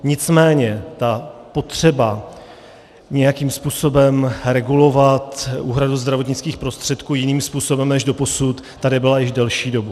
Nicméně potřeba nějakým způsobem regulovat úhradu zdravotnických prostředků jiným způsobem než doposud tady byla již delší dobu.